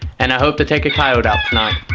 and i hope to take a coyote out tonight.